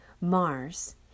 Mars